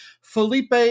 Felipe